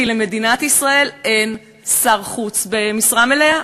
כי למדינת ישראל אין שר חוץ במשרה מלאה.